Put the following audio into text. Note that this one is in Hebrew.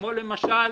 כמו למשל,